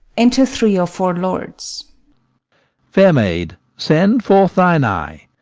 enter three or four lords fair maid, send forth thine eye.